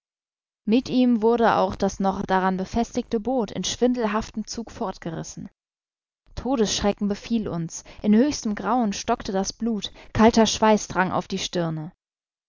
mit ihm wurde auch das noch daran befestigte boot in schwindelhaftem zug fortgerissen todesschrecken befiel uns im höchsten grauen stockte das blut kalter schweiß drang auf die stirne